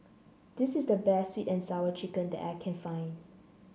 this is the best sweet and Sour Chicken that I can find